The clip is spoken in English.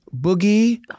Boogie